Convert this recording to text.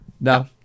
No